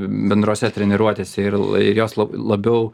bendrose treniruotėse ir ir jos la labiau